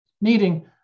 needing